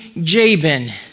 Jabin